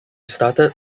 started